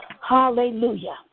hallelujah